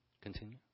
Continue